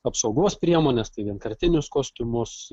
apsaugos priemones tai vienkartinius kostiumus